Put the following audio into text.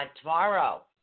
tomorrow –